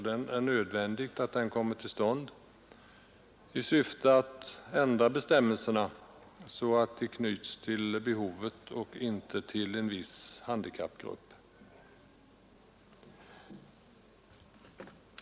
Det är nödvändigt att den kommer till stånd i syfte att ändra bestämmelserna, så att de knyts till behovet och inte till en viss handikappgrupp.